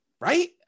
right